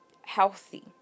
healthy